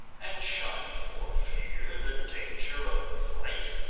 and shun, for fear, the danger of the fight?